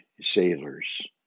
sailors